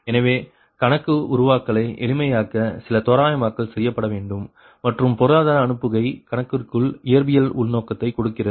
எனவே கணக்கு உருவாக்கலை எளிமையாக்க சில தோராயமாக்கல் செய்யப்பட வேண்டும் மற்றும் பொருளாதார அனுப்புகை கணக்கிற்குள் இயற்பியல் உள்நோக்கத்தை கொடுக்கிறது